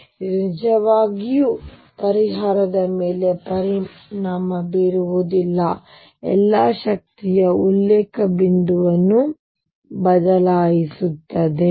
ಆದ್ದರಿಂದ ಇದು ನಿಜವಾಗಿಯೂ ಪರಿಹಾರದ ಮೇಲೆ ಪರಿಣಾಮ ಬೀರುವುದಿಲ್ಲ ಎಲ್ಲಾ ಶಕ್ತಿಯ ಉಲ್ಲೇಖ ಬಿಂದುವನ್ನು ಬದಲಾಯಿಸುತ್ತದೆ